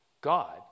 God